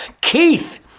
Keith